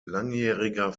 langjähriger